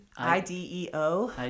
IDEO